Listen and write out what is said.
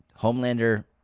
Homelander